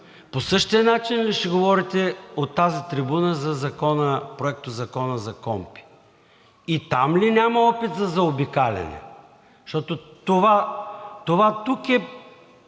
По същия начин ли ще говорите от тази трибуна за Проектозакона за КПКОНПИ? И там ли няма опит за заобикаляне? Защото това тук е